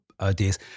ideas